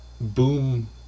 boom